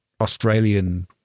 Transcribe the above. Australian